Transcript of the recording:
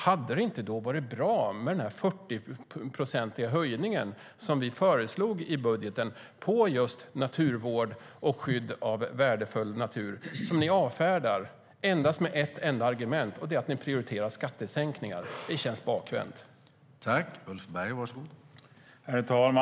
Hade det inte varit bra med den 40-procentiga höjningen som vi föreslog i budgeten på just naturvård och skydd av värdefull natur som ni avfärdar med endast ett enda argument, och det är att ni prioriterar skattesänkningar? Det känns bakvänt.